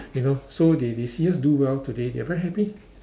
you know so they they see us do well today they are very happy